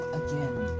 again